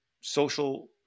social